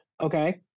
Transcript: Okay